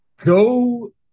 Go